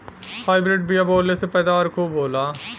hybrid बिया बोवले से पैदावार खूब होला